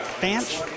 bench